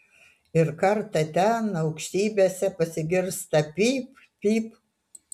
ir kartą ten aukštybėse pasigirsta pyp pyp